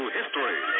history